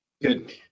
good